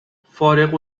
فارغ